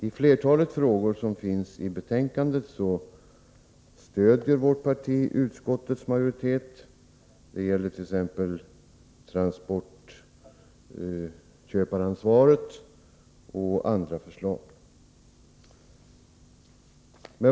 I flertalet frågor som behandlas i betänkandet stöder vårt parti utskottets majoritet. Det gäller t.ex. transportköparansvaret och andra förslag.